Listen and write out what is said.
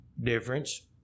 difference